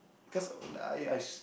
cause uh like I I s~